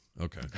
Okay